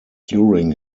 during